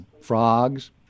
frogs